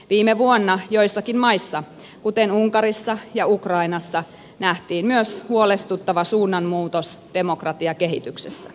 viime vuonna joissakin maissa kuten unkarissa ja ukrainassa nähtiin myös huolestuttava suunnanmuutos demokratiakehityksessä